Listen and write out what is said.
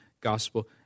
gospel